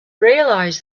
realize